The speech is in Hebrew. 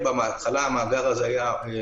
בהתחלה היו במאגר הזה פערים,